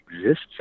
exists